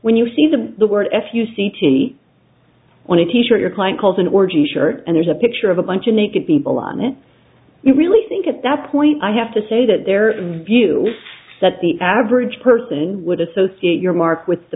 when you see the the word f u c t when a teacher your client calls an orgy shirt and there's a picture of a bunch of naked people on it you really think at that point i have to say that their view that the average person would associate your mark with the